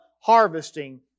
harvesting